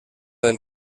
del